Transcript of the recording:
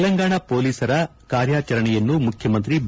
ತೆಲಂಗಾಣ ಪೋಲಿಸರ ಕಾರ್ಯಾಚರಣೆಯನ್ನು ಮುಖ್ಯಮಂತ್ರಿ ಬಿ